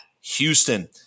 Houston